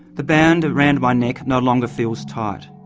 the band around my neck no longer feels tight.